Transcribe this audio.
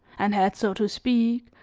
and had, so to speak,